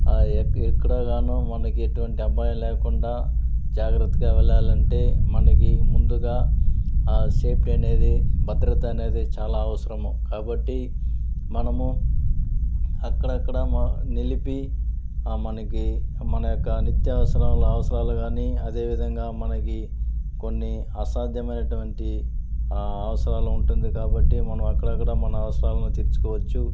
ఎక్కడగానో మనకు ఎటువంటి అపాయం లేకుండా జాగ్రత్తగా వెళ్లాలంటే మనకి ముందుగా ఆ సేఫ్టీ అనేది భద్రత అనేది చాలా అవసరము కాబట్టి మనము అక్కడక్కడ నిలిపి మనకి మన యొక్క నిత్య అవసరా అవసరాలు కానీ అదే విధంగా మనకి కొన్ని అసాధ్యమైనటువంటి ఆ అవసరాలు ఉంటుంది కాబట్టి మనం అక్కడక్కడ మన అవసరాలను తీర్చుకోవచ్చు